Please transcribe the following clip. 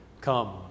come